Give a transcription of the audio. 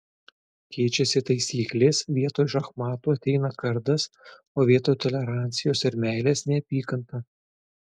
keičiasi taisyklės vietoj šachmatų ateina kardas o vietoj tolerancijos ir meilės neapykanta